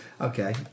Okay